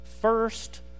first